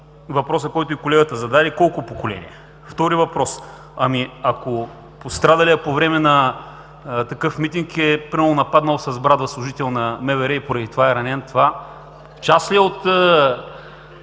въпроса, който и колегата зададе: колко поколения? Втори въпрос: ами, ако пострадалият по време на такъв митинг е нападнал с брадва служител на МВР и поради това е ранен, той част от